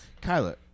kyla